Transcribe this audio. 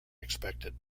expected